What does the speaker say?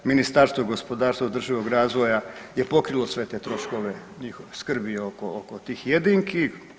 Ministarstvo gospodarstva i održivog razvoja je pokrilo sve te troškove njihove skrbi oko tih jedinki.